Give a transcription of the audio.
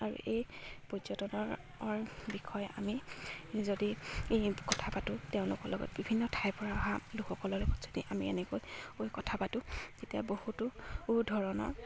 আৰু এই পৰ্যটনৰ বিষয়ে আমি যদি এই কথা পাতোঁ তেওঁলোকৰ লগত বিভিন্ন ঠাই পৰা অহা লোকসকলৰ লগত যদি আমি এনেকৈ কথা পাতোঁ তেতিয়া বহুতো ধৰণৰ